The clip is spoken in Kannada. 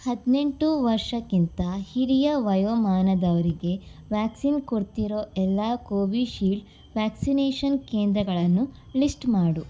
ಹದಿನೆಂಟು ವರ್ಷಕ್ಕಿಂತ ಹಿರಿಯ ವಯೋಮಾನದವರಿಗೆ ವ್ಯಾಕ್ಸಿನ್ ಕೊಡ್ತಿರೋ ಎಲ್ಲ ಕೋವಿಶೀಲ್ಡ್ ವ್ಯಾಕ್ಸಿನೇಷನ್ ಕೇಂದ್ರಗಳನ್ನು ಲಿಸ್ಟ್ ಮಾಡು